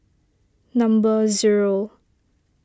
number zero